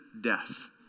death